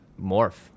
Morph